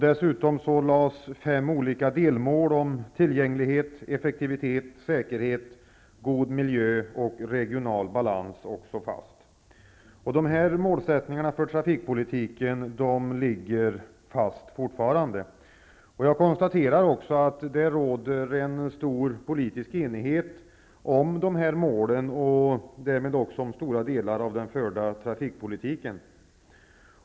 Dessutom lades fem olika delmål om tillgänglighet, effektivitet, säkerhet, god miljö och regional balans fast. Dessa målsättningar för trafikpolitiken ligger fast fortfarande. Jag konstaterar också att det råder stor politisk enighet om dessa mål och den förda trafikpolitiken.